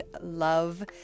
love